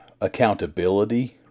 accountability